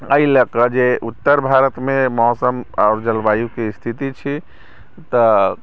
एहि लऽ कऽ जे उत्तर भारतमे मौसम आओर जलवायुके स्थिति छी तऽ